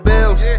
Bills